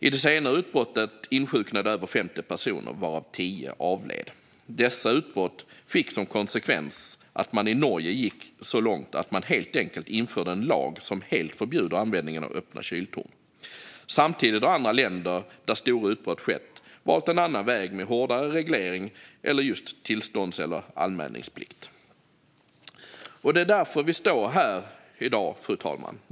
I det senare utbrottet insjuknade över 50 personer varav 10 avled. Dessa utbrott fick som konsekvens att man i Norge gick så långt att man helt enkelt införde en lag som helt förbjuder användning av öppna kyltorn. Samtidigt har andra länder där stora utbrott skett valt en annan väg med hårdare reglering eller just tillstånds eller anmälningsplikt. Och det är därför vi står här i dag, fru talman.